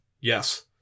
yes